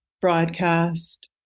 broadcast